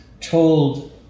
told